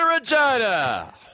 Regina